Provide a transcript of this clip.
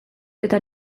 eta